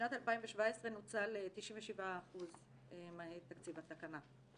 בשנת 2017 נוצל 97% מתקציב התקנה.